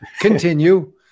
Continue